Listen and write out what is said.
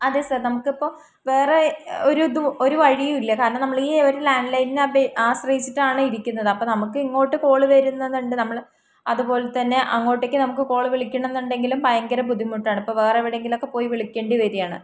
അതെ സർ നമുക്കിപ്പോൾ വേറെ ഒരു ഇതും ഒരു വഴിയും ഇല്ല കാരണം നമ്മൾ ഈ ഒരു ലാൻഡ്ലൈനിന് ആശ്രയിച്ചിട്ടാണ് ഇരിക്കുന്നത് അപ്പോൾ നമുക്ക് ഇങ്ങോട്ട് കോള് വരുന്നത് ഉണ്ട് നമ്മൾ അതുപോലെത്തന്നെ അങ്ങോട്ടേക്ക് നമുക്ക് കോള് വിളിക്കണം എന്നുണ്ടെങ്കിലും ഭയങ്കര ബുദ്ധിമുട്ടാണ് ഇപ്പോൾ വേറെ എവിടെയെങ്കിലൊക്കെ പോയി വിളിക്കേണ്ടി വരികയാണ്